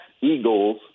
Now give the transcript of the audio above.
Eagles